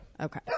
Okay